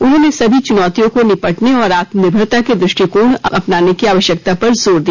उन्होंने सभी चुनौतियों को निपटने और आत्म निर्भरता के दृष्टिकोण को अपनाने की आवश्यकता पर जोर दिया